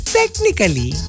technically